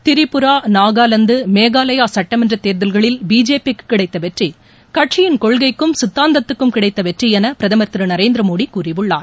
திரிபுரா நாகாலாந்து மேகாலயா சுட்டமன்றத் தேர்தல்களில் பிஜேபி க்கு கிடைத்த வெற்றி கட்சியின் கொள்கைக்கும் சித்தாந்தத்துக்கும் கிடைத்த வெற்றி என பிரதமர் திரு நரேந்திர மோடி கூறியுள்ளார்